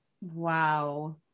Wow